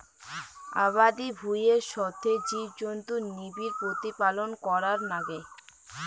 আবাদি ভুঁইয়ের সথে জীবজন্তুুর নিবিড় প্রতিপালন করার নাগে